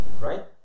right